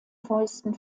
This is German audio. fäusten